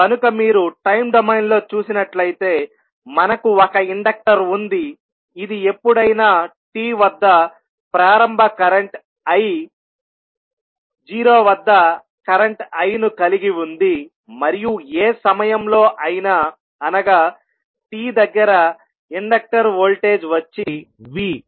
కనుక మీరు time domain లో చూసినట్లయితేమనకు ఒక ఇండక్టర్ ఉంది ఇది ఎప్పుడైనా t వద్ద ప్రారంభ కరెంట్ i 0 వద్ద కరెంట్ I ను కలిగి ఉంది మరియు ఏ సమయంలో అయినా అనగా t దగ్గర ఇండక్టర్ వోల్టేజ్ వచ్చి v